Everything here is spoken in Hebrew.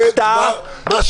מה שאמרתי עכשיו זה "דבר שקר".